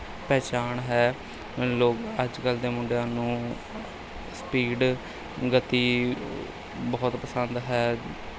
ਪਹਿਚਾਣ ਹੈ ਲੋਕ ਅੱਜ ਕੱਲ੍ਹ ਦੇ ਮੁੰਡਿਆਂ ਨੂੰ ਸਪੀਡ ਗਤੀ ਬਹੁਤ ਪਸੰਦ ਹੈ